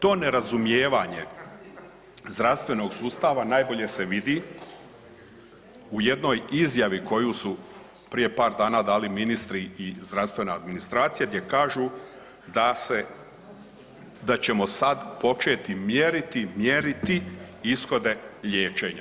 To nerazumijevanje zdravstvenog sustava najbolje se vidi u jednoj izjavi koju su prije par dana dali ministri i zdravstvena administracija gdje kažu da se, da ćemo sad početi mjeriti, mjeriti ishode liječenja.